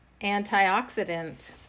Antioxidant